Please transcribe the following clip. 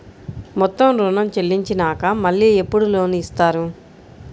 మొత్తం ఋణం చెల్లించినాక మళ్ళీ ఎప్పుడు లోన్ ఇస్తారు?